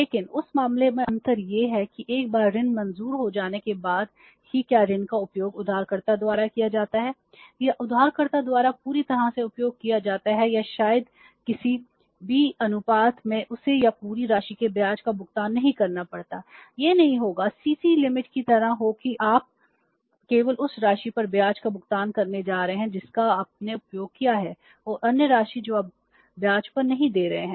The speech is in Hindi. लेकिन उस मामले में अंतर यह है कि एक बार ऋण मंजूर हो जाने के बाद कि क्या ऋण का उपयोग उधारकर्ता द्वारा किया जाता है या उधारकर्ता द्वारा पूरी तरह से उपयोग किया जाता है या शायद किसी भी अनुपात में उसे या पूरी राशि के ब्याज का भुगतान नहीं करना पड़ता है यह नहीं होगा सीसी सीमा की तरह हो कि आप केवल उस राशि पर ब्याज का भुगतान करने जा रहे हैं जिसका आपने उपयोग किया है और अन्य राशि जो आप ब्याज पर नहीं दे रहे हैं